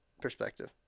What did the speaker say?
perspective